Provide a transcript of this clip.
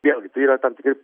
vėlgi tai yra tam tikri